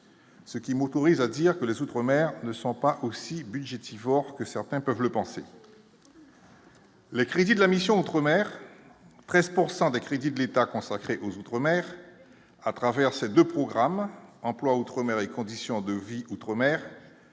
ce qui m'autorise à dire que les outre-mer ne sont pas aussi budgétivore que certains peuvent le penser. Les crédits de la mission outre-mer 13 pourcent des crédits de l'État consacré aux Outremers, à travers ces 2 programmes emploi outre-mer et conditions de vie outre-mer